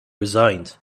resigned